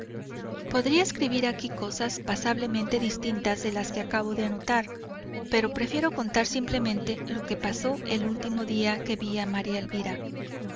podría escribir aquí cosas pasablemente distintas de las que acabo de anotar pero prefiero contar simplemente lo que pasó el último día que vi a maría elvira